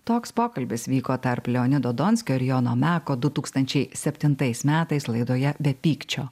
toks pokalbis vyko tarp leonido donskio ir jono meko du tūkstančiai septintais metais laidoje be pykčio